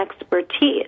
expertise